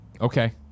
Okay